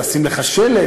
ולשים לך שלט,